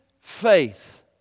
faith